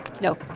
No